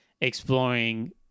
exploring